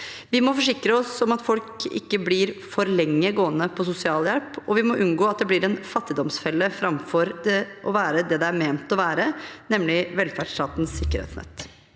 Vi må forsikre oss om at folk ikke blir gående på sosialhjelp for lenge, og vi må unngå at det blir en fattigdomsfelle framfor å være det det er ment å være, nemlig velferdsstatens sikkerhetsnett.